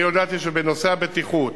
אני הודעתי שבנושא הבטיחות,